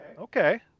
Okay